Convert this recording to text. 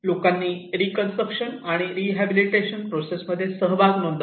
लोकांनी रीकन्स्ट्रक्शन आणि rehabilitation process मध्ये सहभाग नोंदवला